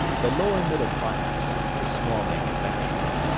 the lower middle class, the small manufacturer,